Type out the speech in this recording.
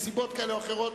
מסיבות כאלה או אחרות,